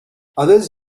others